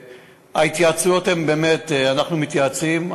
ההתייעצויות, באמת, אנחנו מתייעצים.